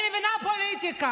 אני מבינה פוליטיקה,